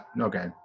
Okay